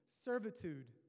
servitude